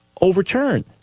overturned